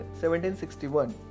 1761